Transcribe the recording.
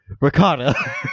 Ricotta